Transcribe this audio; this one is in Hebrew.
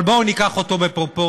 אבל בואו ניקח אותו בפרופורציות.